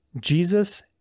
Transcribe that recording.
Jesus